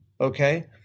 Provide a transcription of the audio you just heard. okay